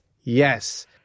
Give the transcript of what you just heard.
yes